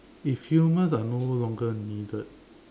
if humans are no longer needed